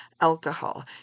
alcohol